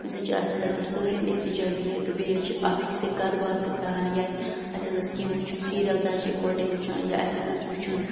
أسۍ حظ چھِ آسان تَتہِ پٮ۪ٹھ سٲلِم أکۍسٕے جایہِ بِہِت تہٕ بیٚیہِ حظ چھِ اَکھ أکِس سۭتۍ کَتھ باتھ تہٕ کَران یَنہٕ اَسہِ حظ آسہِ کیٚنٛہہ وٕچھُن سیٖریَل تہِ حظ چھِ یِکوَٹَے وٕچھان یا اَسہِ حظ آسہِ وٕچھُن